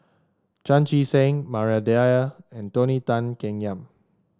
Chan Chee Seng Maria Dyer and Tony Tan Keng Yam